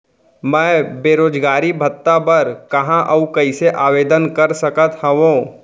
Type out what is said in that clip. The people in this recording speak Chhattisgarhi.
मैं बेरोजगारी भत्ता बर कहाँ अऊ कइसे आवेदन कर सकत हओं?